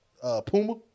Puma